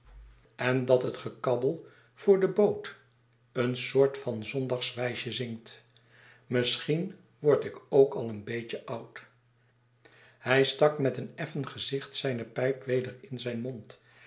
en dat het gekabbel voor de boot een soort van zondagswijsje zingt misschien word ik ook al een beet e oud hij stak met een effen gezicht zyne pijp weder in zijn mond